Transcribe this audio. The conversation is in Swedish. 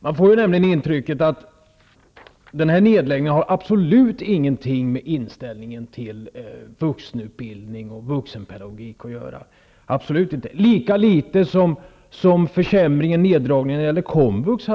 Man får nämligen ett intryck av att den här nedläggningen absolut inte har något med inställningen till vuxenutbildning och vuxenpedagogik att göra -- precis som när det gällde försämringen, neddragningen, av komvux.